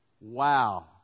Wow